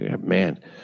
Man